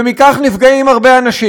ומכך נפגעים הרבה אנשים.